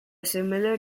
similar